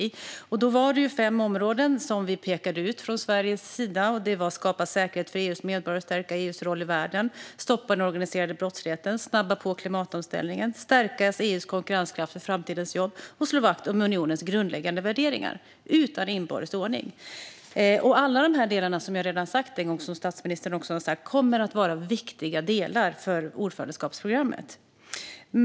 Det var fem områden som vi pekade ut från Sveriges sida. Det var att skapa säkerhet för EU:s medborgare och stärka EU:s roll i världen, att stoppa den organiserade brottsligheten, att snabba på klimatomställningen, att stärka EU:s konkurrenskraft för framtidens jobb och att slå vakt om unionens grundläggande värderingar, utan inbördes ordning. Alla de delarna - som jag redan sagt en gång, och som statsministern också har sagt - kommer att vara viktiga delar för ordförandeskapsprogrammet.